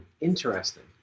Interesting